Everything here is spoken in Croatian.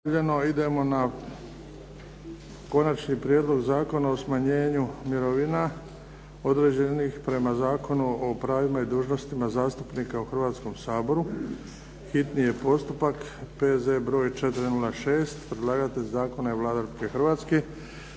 redu Konačni prijedlog zakona o smanjenju mirovina određenih prema Zakonu o pravima i dužnostima zastupnika u Hrvatskom saboru. Bio je hitni postupak, P.Z. br. 406. Predlagatelj zakona je Vlada Republike Hrvatske.